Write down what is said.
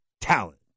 Talent